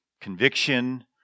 conviction